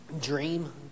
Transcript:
dream